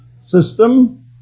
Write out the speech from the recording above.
system